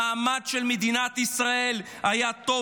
המעמד של מדינת ישראל בעולם היה טוב,